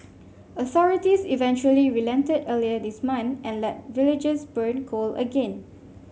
authorities eventually relented earlier this month and let villagers burn coal again